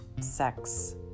sex